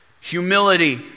Humility